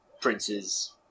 Prince's